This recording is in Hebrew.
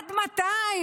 עד מתי?